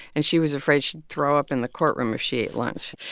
and she was afraid she'd throw up in the courtroom if she ate lunch.